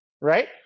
right